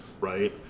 Right